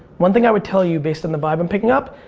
one thing i would tell you, based on the vibe i'm picking up,